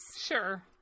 Sure